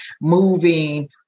moving